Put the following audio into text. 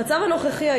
במצב הנוכחי,